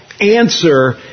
answer